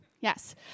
Yes